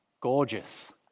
Gorgeous